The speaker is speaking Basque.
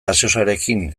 gaseosarekin